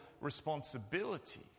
responsibility